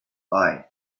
eye